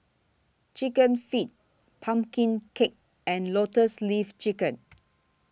Chicken Feet Pumpkin Cake and Lotus Leaf Chicken